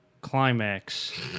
climax